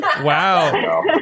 Wow